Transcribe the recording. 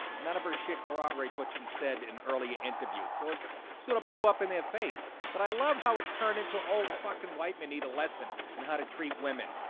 none of her shit corroborates what she said in earlier interviews, so it's suitable up in their face but i love how it's turned into old fucking white maneet a lesson and how to treat women.